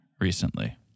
recently